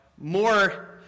more